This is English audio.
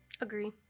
Agree